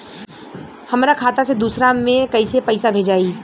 हमरा खाता से दूसरा में कैसे पैसा भेजाई?